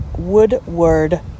Woodward